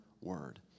word